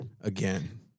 again